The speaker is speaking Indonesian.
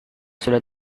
sudah